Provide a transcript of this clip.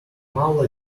paula